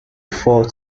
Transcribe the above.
for